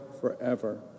forever